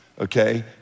okay